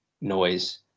noise